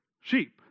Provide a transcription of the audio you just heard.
sheep